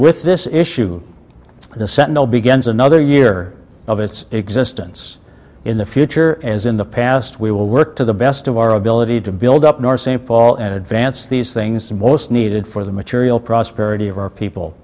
with this issue the sentinel begins another year of its existence in the future as in the past we will work to the best of our ability to build up north st paul and advance these things most needed for the material prosperity of our people